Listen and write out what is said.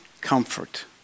comfort